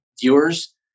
viewers